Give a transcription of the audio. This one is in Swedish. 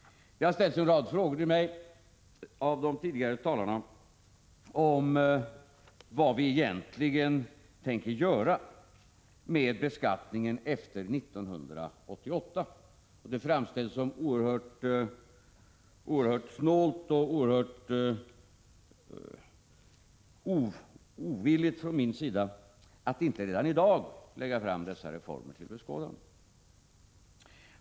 De tidigare talarna har ställt en rad frågor till mig om vad vi egentligen tänker göra med beskattningen efter 1988. Det framställs såsom oerhört snålt och ovilligt av mig att inte redan i dag lägga fram dessa reformer till beskådande.